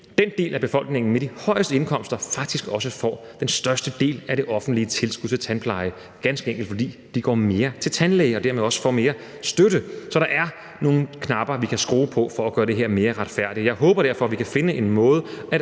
den del af befolkningen med de højeste indkomster faktisk også får den største del af det offentlige tilskud til tandpleje, ganske enkelt fordi de går mere til tandlæge og dermed også får mere støtte. Så der er nogle knapper, vi kan skrue på for at gøre det her mere retfærdigt. Jeg håber derfor, at vi kan finde en måde